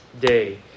day